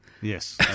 Yes